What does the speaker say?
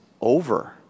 over